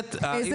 במסגרת האי